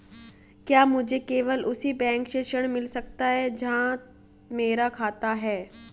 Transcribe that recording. क्या मुझे केवल उसी बैंक से ऋण मिल सकता है जहां मेरा खाता है?